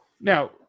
Now